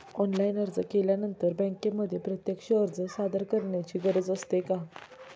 Online अर्ज केल्यानंतर बँकेमध्ये प्रत्यक्ष अर्ज सादर करायची गरज असते का?